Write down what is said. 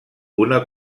una